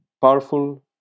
powerful